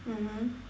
mmhmm